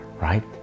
right